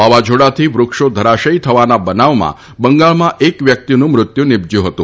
વાવાઝોડાથી વૃક્ષો ધરાશયી થવાના બનાવમાં બંગાળમાં એક વ્યક્તિનું મૃત્યુ નિપશ્યું હતું